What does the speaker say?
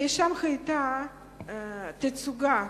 היתה שם תצוגה,